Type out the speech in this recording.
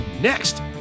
next